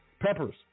peppers